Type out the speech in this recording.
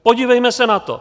Podívejme se na to.